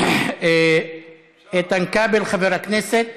איתן כבל, חבר הכנסת,